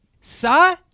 Sa